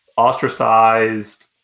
ostracized